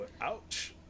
Ouch